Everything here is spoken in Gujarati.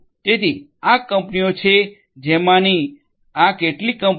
તેથી આ કંપનીઓ છે જેમાની આ કેટલીક કંપનીઓ છે